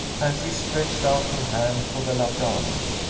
and she stretched out her hand for the laudanum.